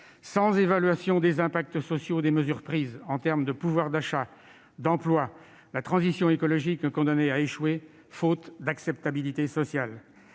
Sans évaluation des impacts sociaux des mesures prises en termes de pouvoir d'achat et d'emplois, la transition écologique est condamnée à échouer, faute d'acceptabilité sociale.